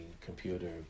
computer